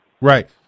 Right